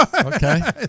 Okay